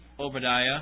Obadiah